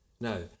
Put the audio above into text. No